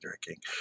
drinking